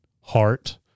heart